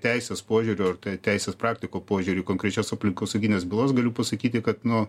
teisės požiūriu ar teisės praktiko požiūriu į konkrečias aplinkosaugines bylas galiu pasakyti kad nu